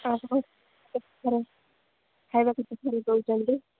ଆଉ ଆପଣ କେତେଥର ଖାଇବା କେତେଥର ଦେଉଛନ୍ତି